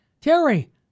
Terry